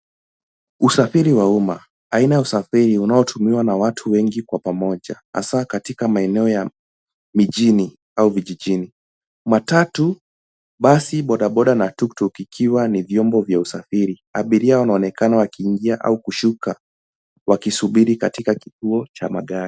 Usafiri wa umma, aina ya usafiri unaotumiwa na watu wengi kwa pamoja hasa katika maeneo ya mijini au vijijini. Matatu , basi , bodaboda na tuktuk ikiwa ni vyombo vya usafiri. Abiria wanaonekana wakiingia au kushuka wakisubiri katika kituo cha magari.